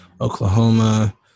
Oklahoma